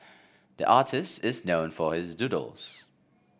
the artist is known for his doodles